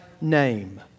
name